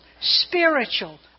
spiritual